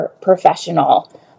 professional